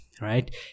right